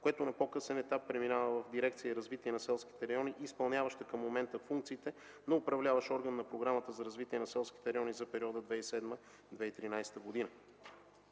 което на по-късен етап преминава в дирекция „Развитие на селските райони”, изпълняваща към момента функциите на управляващ орган на Програмата за развитие на селските райони за периода 2007-2013 г.,